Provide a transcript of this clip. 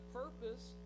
purpose